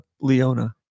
leona